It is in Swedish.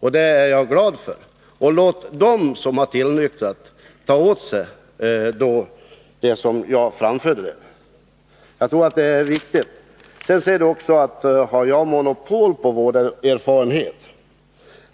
under resans gång, och det är jag glad för. Låt dem som har gjort det ta åt sig av det jag framförde. Sedan frågar Lena Öhrsvik också om jag har monopol på att ha erfarenhet på det här området.